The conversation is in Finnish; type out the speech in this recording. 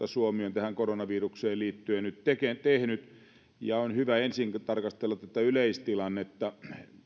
suomi on koronavirukseen liittyen nyt tehnyt ja on hyvä ensin tarkastella tätä yleistilannetta